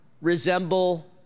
resemble